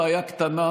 בעיה קטנה: